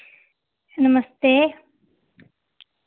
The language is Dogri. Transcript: नमस्ते